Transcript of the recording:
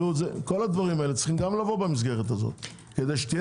כל הדברים הללו צריכים גם לבוא במסגרת הזו כדי שתהיה